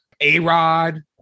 A-Rod